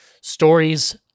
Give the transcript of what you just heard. stories